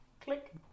Click